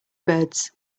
birds